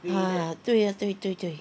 ah 对 ah 对对对